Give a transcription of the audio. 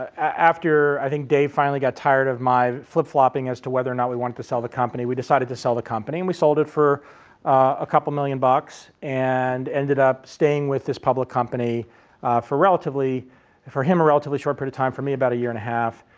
after, i think, dave finally got tired of my flip-flopping as to whether or not we wanted to sell the company we decided to sell the company. and we sold it for a couple of million bucks and ended up staying with this public company for relatively for him a relatively short period of time, for me about a year and a half.